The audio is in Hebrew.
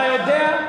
אתה יודע,